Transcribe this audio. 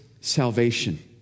salvation